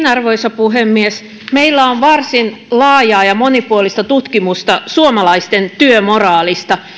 arvoisa puhemies meillä on varsin laajaa ja monipuolista tutkimusta suomalaisten työmoraalista